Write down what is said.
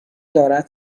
دارد